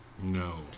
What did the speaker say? No